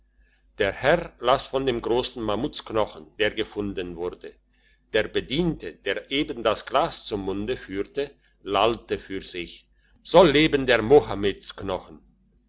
der herr las von dem grossen mammutsknochen der gefunden wurde der bediente der eben das glas zum munde führte lallte für sich soll leben der